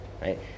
right